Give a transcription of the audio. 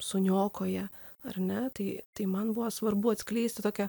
suniokoja ar ne tai tai man buvo svarbu atskleisti tokią